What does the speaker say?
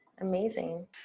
Amazing